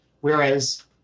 whereas